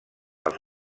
els